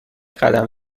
قدم